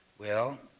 well,